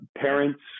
Parents